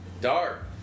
Dark